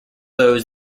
those